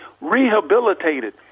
rehabilitated